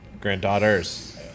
Granddaughters